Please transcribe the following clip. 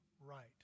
right